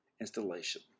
installation